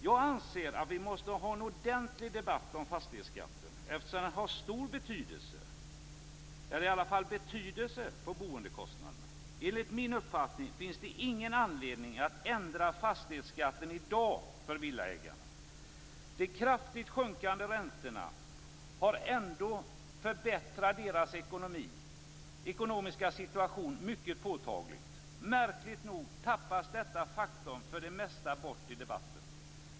Jag anser att vi måste ha en ordentlig debatt om fastighetsskatten, eftersom den har stor, eller i alla fall en viss betydelse för boendekostnaderna. Enligt min uppfattning finns det ingen anledning att i dag ändra fastighetsskatten för villaägarna. De kraftigt sjunkande räntorna har ändå förbättrat deras ekonomiska situation mycket påtagligt. Märkligt nog tappas detta faktum för det mesta bort i debatten.